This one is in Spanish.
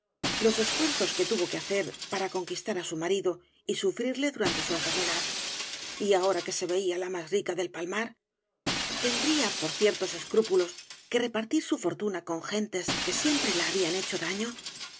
los esfuerzos que tuvo que hacer para conquistar á su marido y sufrirle durante su enfermedad y ahora que se veía la más rica del palmar tendría por ciertos escrúpulos que repartir su fortuna con gentes que siempre la habían hecho daño